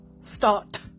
start